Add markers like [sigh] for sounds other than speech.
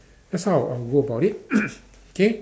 that's how I'll I'll go about it [noise] K